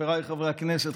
חבריי חברי הכנסת,